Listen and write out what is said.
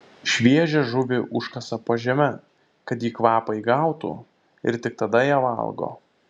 šviežią žuvį užkasa po žeme kad ji kvapą įgautų ir tik tada ją valgo